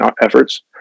efforts